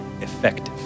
effective